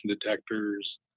detectors